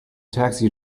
taxi